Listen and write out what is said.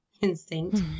instinct